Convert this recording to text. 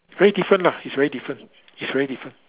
very different lah it's very different it's very different